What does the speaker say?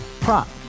Prop